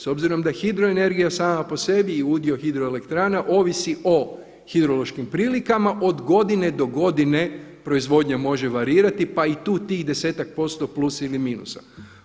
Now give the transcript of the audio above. S obzirom da je hidroenergija sama po sebi i udio hidroelektrana ovisi o hidrološkim prilikama, od godine do godine proizvodnja može varirati pa i tu tih 10-ak% plus ili minuta.